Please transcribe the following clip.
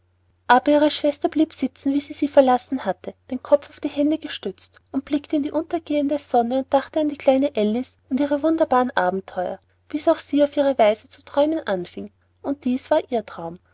aber ihre schwester blieb sitzen wie sie sie verlassen hatte den kopf auf die hand gestützt blickte in die untergehende sonne und dachte an die kleine alice und ihre wunderbaren abenteuer bis auch sie auf ihre weise zu träumen anfing und dies war ihr traum